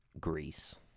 Greece